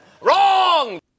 Wrong